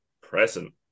present